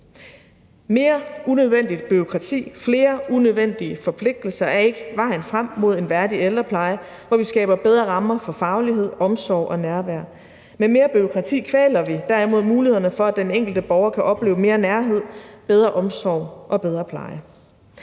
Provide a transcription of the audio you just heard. Mere unødvendigt bureaukrati, flere unødvendige forpligtelser er ikke vejen frem mod en værdig ældrepleje, hvor vi skaber bedre rammer for faglighed, omsorg og nærvær. Med mere bureaukrati kvæler vi derimod mulighederne for, at den enkelte borger kan opleve mere nærvær, bedre omsorg og bedre pleje.